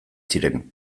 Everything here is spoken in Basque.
ziren